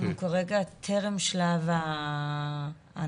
אנחנו כרגע טרם שלב ההנחה.